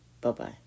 Bye-bye